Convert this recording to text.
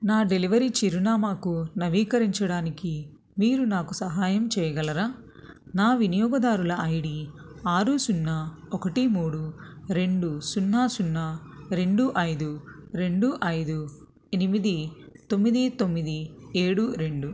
నా డెలివరీ చిరునామాకు నవీకరించడానికి మీరు నాకు సహాయం చేయగలరా నా వినియోగదారుల ఐ డి ఆరు సున్నా ఒకటి మూడు రెండు సున్నా సున్నా రెండు ఐదు రెండు ఐదు ఎనిమిది తొమ్మిది తొమ్మిది ఏడు రెండు